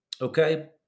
okay